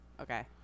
Okay